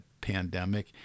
pandemic